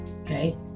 okay